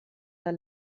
der